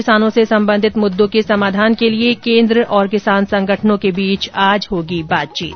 किसानों से संबंधित मुद्दों के समाधान के लिए केन्द्र और किसान संगठनों के बीच आज होगी बातचीत